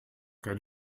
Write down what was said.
kein